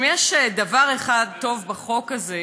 אם יש דבר אחד טוב בחוק הזה,